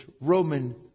Roman